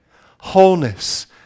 wholeness